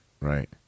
right